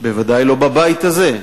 ודאי לא בבית הזה,